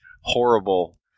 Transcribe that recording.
horrible